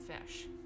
fish